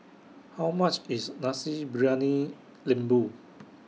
How much IS Nasi Briyani Lembu